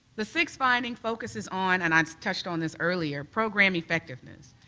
the sixth finding focuses on and i touched on this earlier, program effectiveness.